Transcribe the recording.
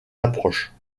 approches